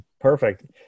Perfect